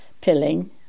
Pilling